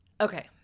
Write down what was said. Okay